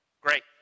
great